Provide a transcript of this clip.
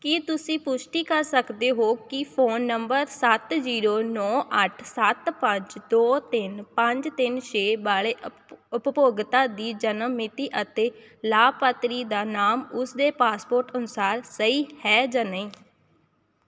ਕੀ ਤੁਸੀਂ ਪੁਸ਼ਟੀ ਕਰ ਸਕਦੇ ਹੋ ਕਿ ਫੋਨ ਨੰਬਰ ਸੱਤ ਜੀਰੋ ਨੌ ਅੱਠ ਸੱਤ ਪੰਜ ਦੋ ਤਿੰਨ ਪੰਜ ਤਿੰਨ ਛੇ ਵਾਲੇ ਅਪ ਉਪਭੋਗਤਾ ਦੀ ਜਨਮ ਮਿਤੀ ਅਤੇ ਲਾਭਪਾਤਰੀ ਦਾ ਨਾਮ ਉਸਦੇ ਪਾਸਪੋਰਟ ਅਨੁਸਾਰ ਸਹੀ ਹੈ ਜਾਂ ਨਹੀਂ